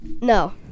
No